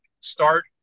start